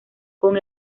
con